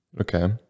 Okay